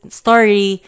story